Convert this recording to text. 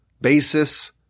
basis